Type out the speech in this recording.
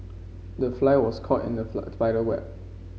the fly was caught in the spider web